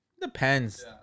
Depends